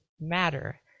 matter